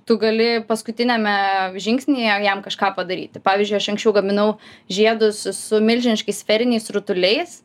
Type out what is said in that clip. tu gali paskutiniame žingsnyje jam kažką padaryti pavyzdžiui aš anksčiau gaminau žiedus su milžiniškais sferiniais rutuliais